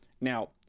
Now